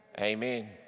amen